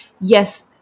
yes